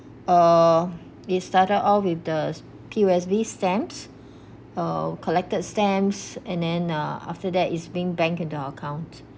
uh we started off with the P_O_S_B stamps uh collected stamps and then uh after that is being bank into our account